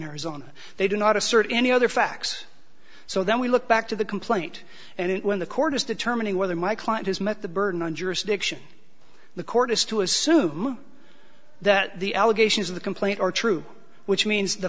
arizona they do not assert any other facts so then we look back to the complaint and when the court is determining whether my client has met the burden on jurisdiction the court has to assume that the allegations of the complaint are true which means the